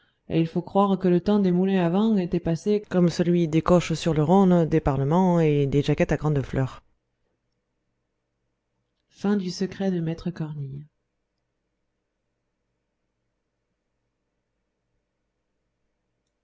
et il faut croire que le temps des moulins à vent était passé comme celui des coches sur le rhône des parlements et des jaquettes à grandes fleurs